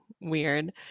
weird